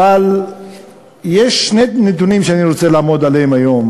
אבל יש שני נתונים שאני רוצה לעמוד עליהם היום,